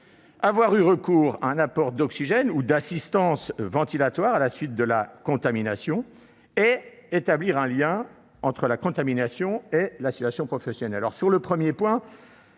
avoir eu recours à un apport d'oxygène ou d'assistance ventilatoire à la suite de la contamination et établir un lien entre la contamination et la situation professionnelle. Sur le premier point,